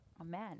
Amen